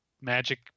magic